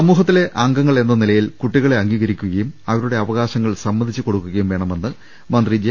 സമൂഹത്തിലെ അംഗങ്ങളെന്ന നിലയിൽ കുട്ടികളെ അംഗീക രിക്കുകയും അവരുടെ അവകാശങ്ങൾ സമ്മതിച്ചുകൊടുക്കു കയും വേണമെന്ന് മന്ത്രി ജെ